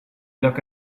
look